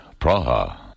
Praha